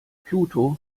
pluto